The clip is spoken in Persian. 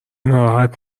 ناراحت